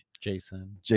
Jason